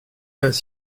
pas